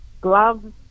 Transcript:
Gloves